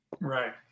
Right